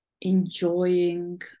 enjoying